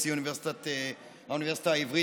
נשיא האוניברסיטה העברית,